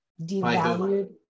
devalued